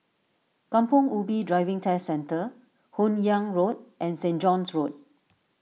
Kampong Ubi Driving Test Centre Hun Yeang Road and Saint John's Road